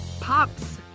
pops